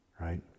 right